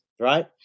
right